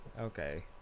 Okay